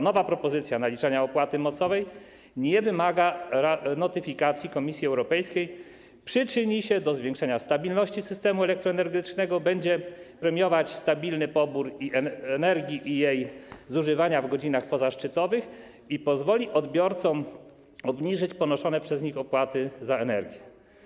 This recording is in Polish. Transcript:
Nowa propozycja naliczania opłaty mocowej nie wymaga notyfikacji Komisji Europejskiej, przyczyni się do zwiększenia stabilności systemu elektroenergetycznego, będzie premiować stabilny pobór energii i jej zużywanie w godzinach pozaszczytowych i pozwoli odbiorcom obniżyć ponoszone przez nich opłaty za energię.